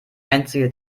einzige